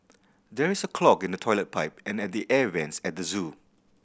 there is a clog in the toilet pipe and at the air vents at the zoo